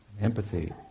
empathy